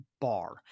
Bar